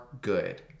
good